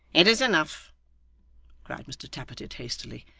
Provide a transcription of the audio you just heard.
it is enough cried mr tappertit hastily,